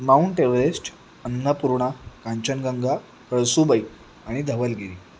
mount Everest Annapurna Kanchenjunga Kalsubai आणि धवलगिरी